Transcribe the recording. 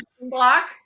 block